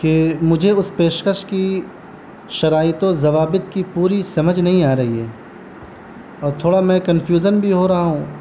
کہ مجھے اس پیشکش کی شرائط و ضوابط کی پوری سمجھ نہیں آ رہی ہے اور تھوڑا میں کنفیوژن بھی ہو رہا ہوں